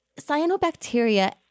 Cyanobacteria